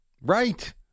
Right